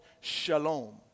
shalom